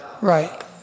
Right